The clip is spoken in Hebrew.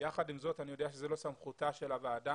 יחד עם זאת אני יודע שזה לא סמכותה של הוועדה,